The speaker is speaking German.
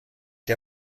der